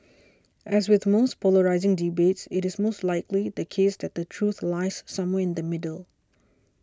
as with most polarising debates it is most likely the case that the truth lies somewhere in the middle